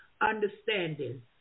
understanding